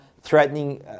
threatening